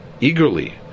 eagerly